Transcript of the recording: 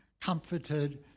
comforted